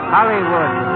Hollywood